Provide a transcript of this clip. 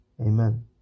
Amen